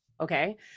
Okay